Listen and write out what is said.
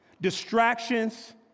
Distractions